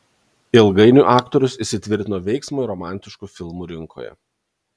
ilgainiui aktorius įsitvirtino veiksmo ir romantiškų filmų rinkoje